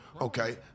Okay